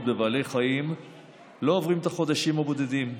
בבעלי חיים לא עוברים את החודשים הבודדים,